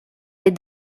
est